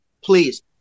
please